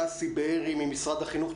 דסי בארי ממשרד החינוך,